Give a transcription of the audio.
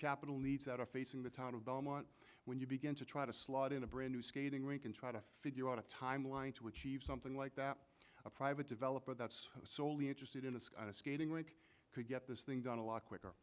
capital needs that are facing the town of belmont when you begin to try to slot in a brand new skating rink and try to figure out a timeline to achieve something like that a private developer that's solely interested in the sky on a skating rink could get this thing done a lot quicker